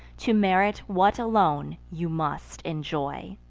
to merit what alone you must enjoy.